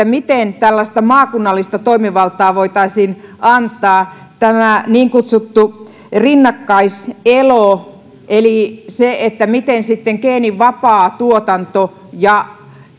miten tällaista maakunnallista toimivaltaa voitaisiin antaa tämä niin kutsuttu rinnakkaiselo eli se miten sitten geenivapaa tuotanto ja